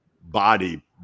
body